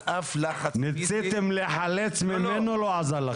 ניסיתם לחלץ ממנו, ולא עזר לכם.